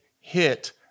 hit